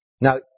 Now